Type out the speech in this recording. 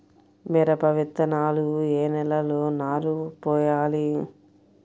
మిరప విత్తనాలు ఏ నెలలో నారు పోయాలి?